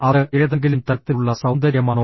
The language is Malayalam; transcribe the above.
അത് ഏതെങ്കിലും തരത്തിലുള്ള സൌന്ദര്യമാണോ